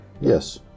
Yes